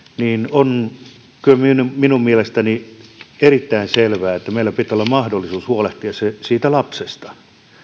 eli minun mielestäni on erittäin selvää että meillä pitää olla mahdollisuus huolehtia siitä lapsesta mikä